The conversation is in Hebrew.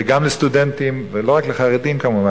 גם לסטודנטים, ולא רק לחרדים כמובן.